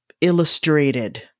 illustrated